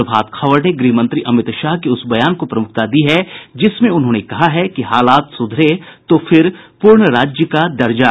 प्रभात खबर ने गृह मंत्री अमित शाह के उस बयान को प्रमुखता दी है जिसमें उन्होंने कहा है कि हालात सुधरे तो फिर पूर्ण राज्य का दर्जा